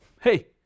hey